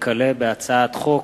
הצעת חוק